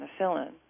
penicillin